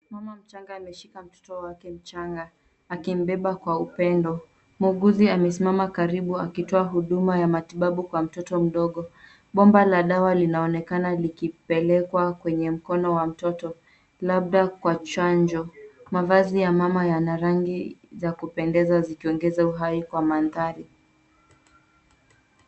Mama mchanga ameshika mtoto wake mchanga akimbeba kwa upendo. Muuguzi amesimama karibu akitoa huduma ya matibabu kwa mtoto mdogo. Bomba la dawa linaonekana likipekekwa kwenye mkono wa mtoto labda kwa chanjo. Mavazi ya mama yana rangi za kupendeza zikiongeza uhai kwa mandhari.